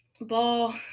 Ball